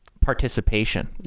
participation